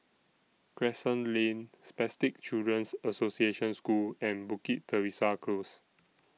Crescent Lane Spastic Children's Association School and Bukit Teresa Close